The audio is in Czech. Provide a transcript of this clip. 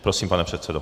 Prosím, pane předsedo.